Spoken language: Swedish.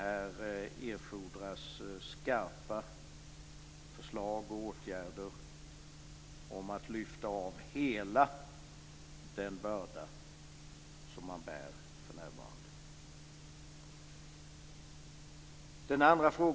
Här erfordras skarpa förslag och åtgärder för att lyfta av hela den börda som man för närvarande bär.